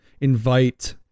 invite